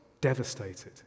devastated